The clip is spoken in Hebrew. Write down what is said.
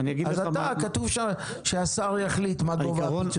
אז כתוב שהשר יחליט מה גובה הפיצוי.